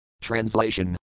Translation